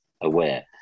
aware